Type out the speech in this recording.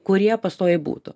kurie pastoviai būtų